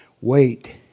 wait